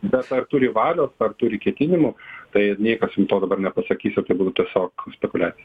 bet ar turi valios ar turi ketinimų tai niekas jum to dabar nepasakys ir tai būtų tiesiog spekuliacija